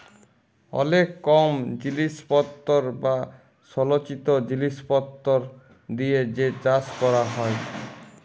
অলেক কম জিলিসপত্তর বা সলচিত জিলিসপত্তর দিয়ে যে চাষ ক্যরা হ্যয়